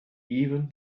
even